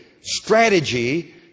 strategy